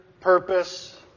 purpose